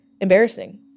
Embarrassing